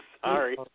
sorry